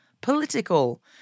political